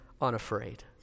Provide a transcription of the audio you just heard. unafraid